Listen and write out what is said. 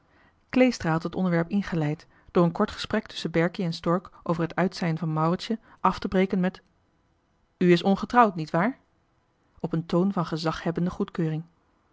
kleestra had het onderwerp ingeleid door een kort gesprek tusschen berkie en stork over het uit zijn van mauritsje af te breken met u is ongetrouwd nietwaar op een toon van gezaghebbende goedkeuring